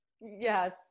Yes